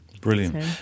Brilliant